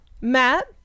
Matt